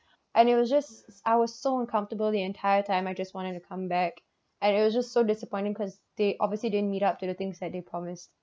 and it was just I was so uncomfortable the entire time I just wanted to come back and it was just so disappointing because they obviously didn't meet up to things that they promised